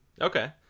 Okay